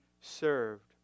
served